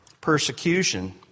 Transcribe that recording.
persecution